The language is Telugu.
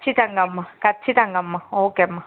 ఖచ్చితంగామ్మ ఖచ్చితంగామ్మ ఓకేమ్మ